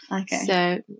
okay